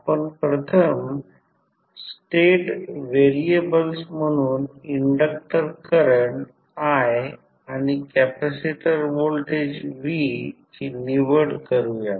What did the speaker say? आपण प्रथम state variables म्हणून इंडक्टर करंट i आणि कॅपेसिटर व्होल्टेज v ची निवड करूयात